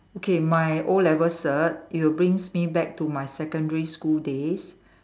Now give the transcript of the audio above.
okay my o-level cert it'll brings me back to my secondary school days